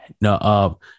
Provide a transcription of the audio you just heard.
no